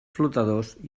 flotadors